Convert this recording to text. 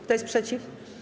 Kto jest przeciw?